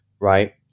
right